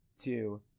two